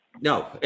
No